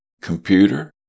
computer